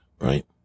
right